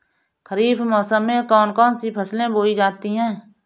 खरीफ मौसम में कौन कौन सी फसलें बोई जाती हैं?